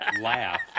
laugh